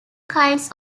kinds